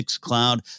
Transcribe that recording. Cloud